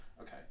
okay